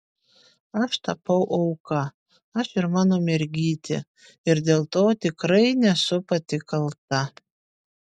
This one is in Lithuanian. aš tapau auka aš ir mano mergytė ir dėl to tikrai nesu pati kalta